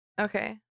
Okay